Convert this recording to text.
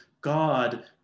God